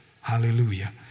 Hallelujah